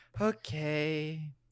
Okay